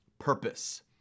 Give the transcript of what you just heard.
Purpose